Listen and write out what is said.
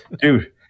Dude